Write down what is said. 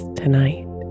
tonight